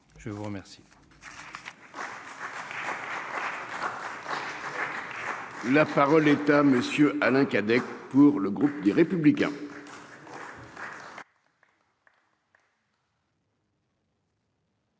je vous remercie.